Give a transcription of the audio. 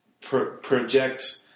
project